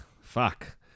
Fuck